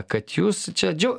kad jūs čia džiu